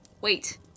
Wait